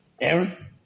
Aaron